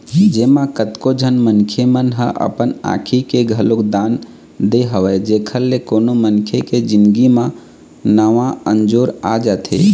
जेमा कतको झन मनखे मन ह अपन आँखी के घलोक दान दे हवय जेखर ले कोनो मनखे के जिनगी म नवा अंजोर आ जाथे